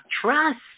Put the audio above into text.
trust